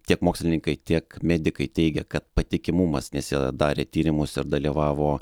tiek mokslininkai tiek medikai teigia kad patikimumas nes jie darė tyrimus ir dalyvavo